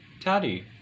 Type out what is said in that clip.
Taddy